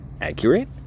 accurate